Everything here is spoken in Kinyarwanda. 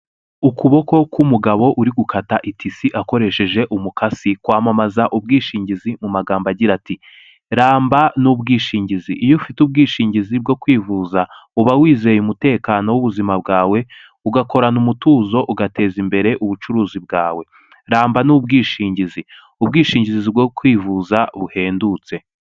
Ukuboko k'umugabo uri gukata itisi akoresheje umukasi kwamamaza ubwishingizi mu magambo agira ati: "Ramba n’ubwishingizi! Iyo ufite ubwishingizi bwo kwivuza, uba wizeye umutekano w’ubuzima bwawe, ugakorana umutuzo, ugateza imbere ubucuruzi bwawe. Ramba n’ubwishingizi, ubwishingizi bwo kwivuza buhendutse!"